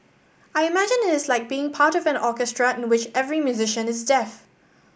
I imagine it is like being part of an orchestra in which every musician is deaf